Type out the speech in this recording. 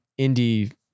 indie